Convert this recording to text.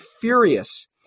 furious